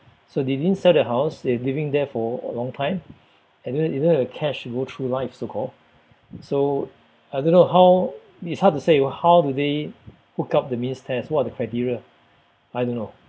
so they didn't sell their house they're living there for a long time and they don't they don't have cash to go through life so called so I don't know how it is hard to say how do they work out the means test what are the criteria I don't know